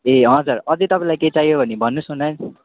ए हजुर अझै तपाईँलाई के चाहियो भने भन्नुहोस् न म्याम